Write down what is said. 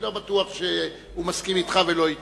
אני לא בטוח שהוא מסכים אתך ולא אתי.